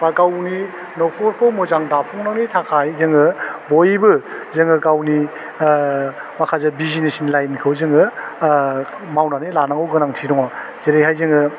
बा गावनि नख'रखौ मोजां दाफुंनायनि थाखाय जोङो बयबो जोङो गावनि ओह माखासे बिजनेसनि लाइनखौ जोङो आह मावनानै लानांगौ गोनांथि दङ जेरैहाय जोङो